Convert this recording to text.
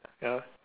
ya